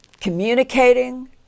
communicating